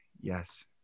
yes